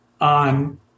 on